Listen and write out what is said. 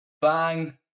Bang